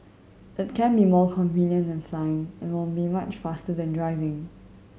it can be more convenient than flying and will be much faster than driving